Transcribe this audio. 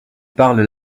parlent